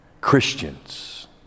Christians